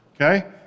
Okay